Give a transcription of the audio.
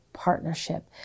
partnership